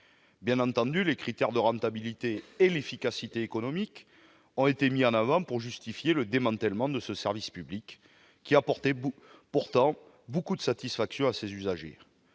Bien entendu, les critères de rentabilité et l'efficacité économique ont été mis en avant pour justifier le démantèlement de ce service public qui apportait, pourtant, beaucoup de satisfaction à ses usagers.